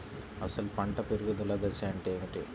అసలు పంట పెరుగుదల దశ అంటే ఏమిటి?